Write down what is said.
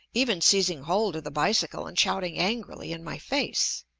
even seizing hold of the bicycle and shouting angrily in my face.